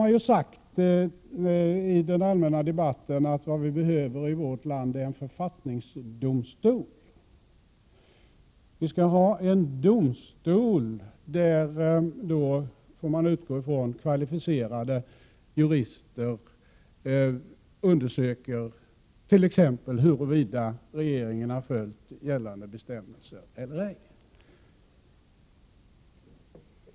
Man har sagt i den allmänna debatten att vad vi behöver i vårt land är en författningsdomstol, att vi skall ha en domstol där — det får man utgå ifrån — kvalificerade jurister undersöker t.ex. huruvida regeringen har följt gällande bestämmelser eller ej.